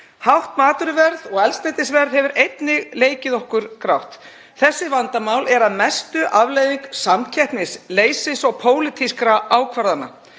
Hátt matvöruverð og eldsneytisverð hefur einnig leikið okkur grátt. Þessi vandamál eru að mestu afleiðing samkeppnisleysis og pólitískra ákvarðana.